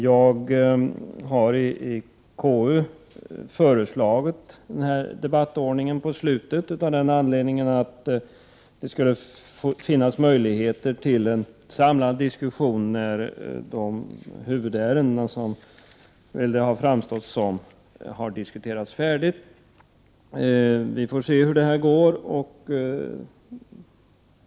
Jag har i konstitutionsutskottet föreslagit den här debattordningen av den anledningen att det skulle finnas möjlighet till en samlad diskussion när de ärenden som framstår som huvudärenden har diskuterats färdigt. Vi får se hur det går.